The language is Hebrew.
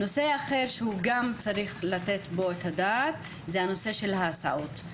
נושא אחר שצריך לתת עליו את הדעת זה הנושא של ההסעות.